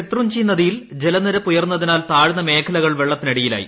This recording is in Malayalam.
ഷെത്രുഞ്ചി നദിയിൽ ജലനിരപ്പുയരുന്നതിനാൽ താഴ്ന്ന മേഖലകൾ വെള്ളത്തിനടിയിലായി